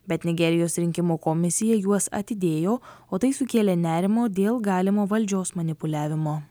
bet nigerijos rinkimų komisija juos atidėjo o tai sukėlė nerimo dėl galimo valdžios manipuliavimo